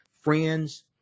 friends